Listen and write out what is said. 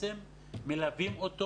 מלווים אותו.